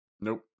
Nope